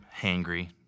hangry